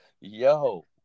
Yo